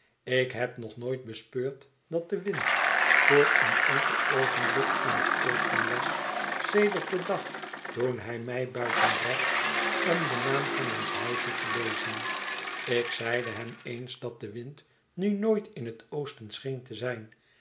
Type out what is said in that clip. ik heb nog nooit bespeurd dat de wind voor een enkel oogenblik in het oosten was sedert den dag toen hij mij buiten bracht om den naam van ons huisje te lezen ikzeidehem eens dat de wind nu nooit in het oosten scheen te zijn